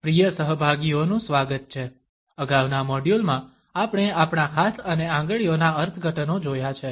પ્રિય સહભાગીઓનું સ્વાગત છે અગાઉના મોડ્યુલ માં આપણે આપણા હાથ અને આંગળીઓના અર્થઘટનો જોયા છે